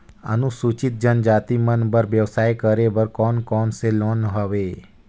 अनुसूचित जनजाति मन बर व्यवसाय करे बर कौन कौन से लोन हवे?